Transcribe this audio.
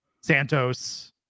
santos